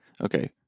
Okay